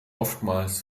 oftmals